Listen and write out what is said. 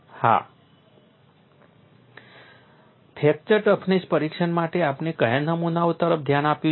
હા fracture toughness પરીક્ષણ માટે આપણે કયા નમૂનાઓ તરફ ધ્યાન આપ્યું છે